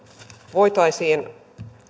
voitaisiin